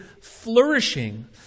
flourishing